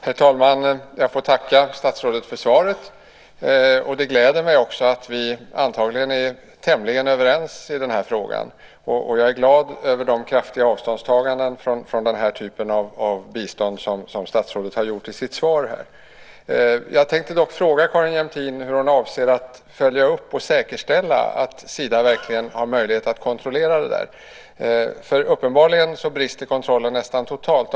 Herr talman! Jag tackar statsrådet för svaret. Det gläder mig också att vi antagligen är tämligen överens i den här frågan. Jag är glad över de kraftiga avståndstaganden från denna typ av bistånd som statsrådet har gjort i sitt svar. Jag tänkte dock fråga Carin Jämtin hur hon avser att följa upp och säkerställa att Sida verkligen har möjlighet att kontrollera detta. Uppenbarligen brister kontrollen nästan totalt.